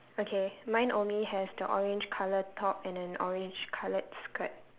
okay mine only has the orange colour top and an orange coloured skirt